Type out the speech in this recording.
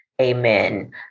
Amen